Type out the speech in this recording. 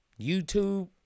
YouTube